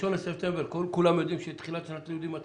1 בספטמבר כולם יודעים שתחילת שנת הלימודים מתחילה,